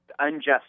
unjust